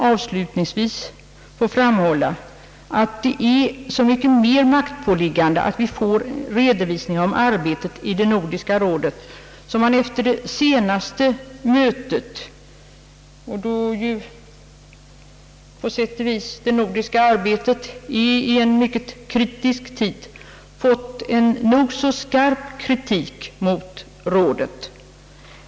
Avslutningsvis vill jag gärna framhålla att det är så mycket mer maktpåliggande att vi får redovisning om arbetet i Nordiska rådet som man efter det senaste mötet — och nu då det nordiska arbetet på sätt och vis befinner sig i ett mycket kritiskt skede — fått en nog så skarp kritik mot rådet.